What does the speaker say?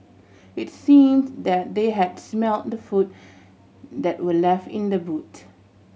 it's seem that they had smelt the food that were left in the boot